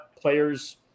players –